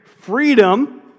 freedom